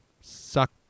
suck